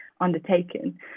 undertaken